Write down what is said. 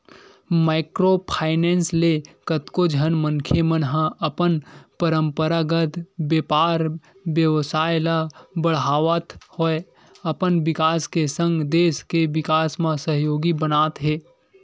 micro finance ले कतको झन मनखे मन ह अपन पंरपरागत बेपार बेवसाय ल बड़हात होय अपन बिकास के संग देस के बिकास म सहयोगी बनत हे